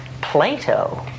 Plato